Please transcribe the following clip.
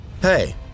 Hey